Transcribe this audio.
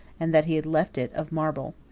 and that he had left it of marble.